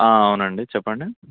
అవునండి చెప్పండి